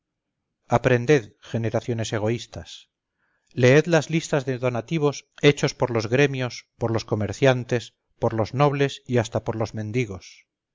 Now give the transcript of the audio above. aprended generaciones egoístas leed las listas de donativos hechos por los gremios por los comerciantes por los nobles y hasta por los mendigos